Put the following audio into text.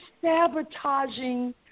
sabotaging